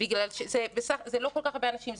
זה לא כל כך הרבה אנשים,